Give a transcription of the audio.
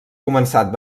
començat